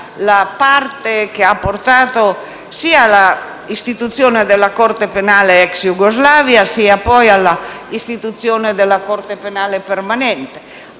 la parte che ha portato sia all'istituzione della Corte penale per l'*ex-*Jugoslavia, sia alla istituzione della Corte penale permanente,